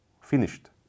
finished